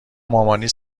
مامانی